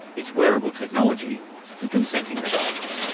it's wearable technology for consenting adults.